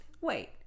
wait